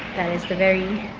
that is the very